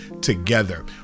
together